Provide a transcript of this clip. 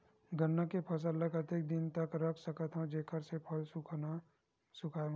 गन्ना के फसल ल कतेक दिन तक रख सकथव जेखर से फसल सूखाय मत?